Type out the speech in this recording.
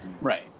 Right